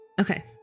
Okay